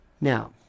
Now